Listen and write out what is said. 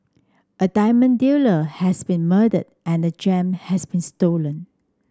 a diamond dealer has been murdered and the gem has been stolen